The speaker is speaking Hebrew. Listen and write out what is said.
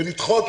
ולדחות,